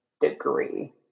degree